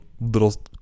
little